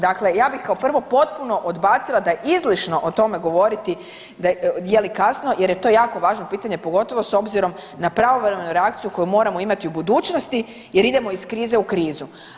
Dakle, ja bih kao prvo potpuno odbacila da je izlišno o tome govoriti je li kasno jer je to jako važno pitanje pogotovo s obzirom na pravovremenu reakciju koju moramo imati u budućnosti jer idemo iz krize u krizu.